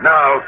Now